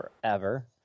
forever